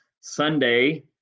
Sunday